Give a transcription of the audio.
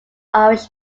irish